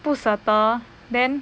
不舍得 then